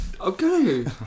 Okay